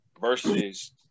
versus